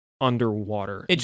underwater